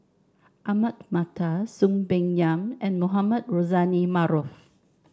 Ahmad Mattar Soon Peng Yam and Mohamed Rozani Maarof